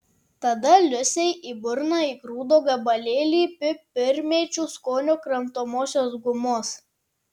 tada liusei į burną įgrūdo gabalėlį pipirmėčių skonio kramtomosios gumos